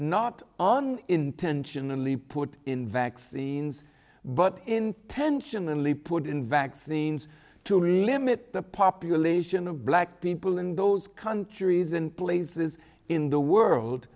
not on intentionally put in vaccines but intentionally put in vaccines to limit the population of black people in those countries and places in the world